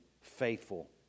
faithful